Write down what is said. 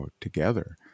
together